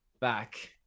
back